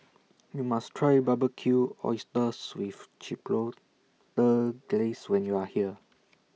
YOU must Try Barbecued Oysters with Chipotle Glaze when YOU Are here